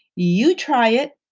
you try it.